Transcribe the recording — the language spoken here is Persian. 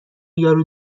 یارو